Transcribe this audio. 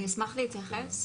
אני אשמח להתייחס.